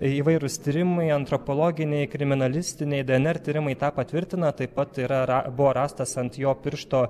įvairūs tyrimai antropologiniai kriminalistiniai dnr tyrimai tą patvirtina taip pat yra ra buvo rastas ant jo piršto